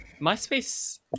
MySpace